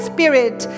Spirit